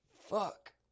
Fuck